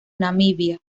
namibia